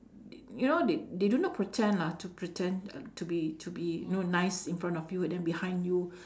t~ you know they they do not pretend lah to pretend to be to be you know nice in front of you and then behind you